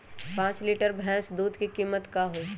पाँच लीटर भेस दूध के कीमत का होई?